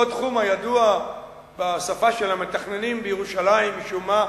אותו תחום הידוע בשפה של המתכננים בירושלים משום מה,